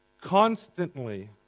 constantly